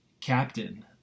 captain